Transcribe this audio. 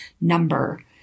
number